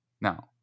Now